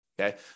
okay